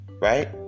right